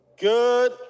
Good